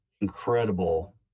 incredible